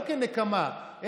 לא כנקמה,